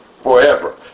forever